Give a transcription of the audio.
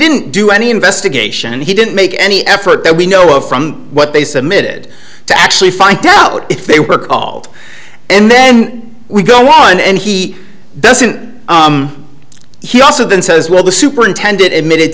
didn't do any investigation and he didn't make any effort that we know of from what they submitted to actually find out if they were called and then we go on and he doesn't he also then says well the superintendent admitted